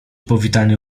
powitaniu